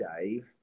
Dave